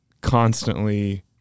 constantly